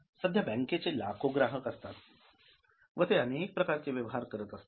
सध्या बँकेचे लाखो ग्राहक असतात व ते अनेक प्रकारचे व्यवहार करत असतात